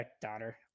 daughter